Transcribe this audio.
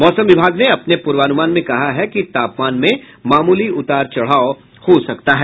मौसम विभाग ने अपने पूर्वानुमान में कहा है कि तापमान में मामूली उतार चढ़ाव हो सकता है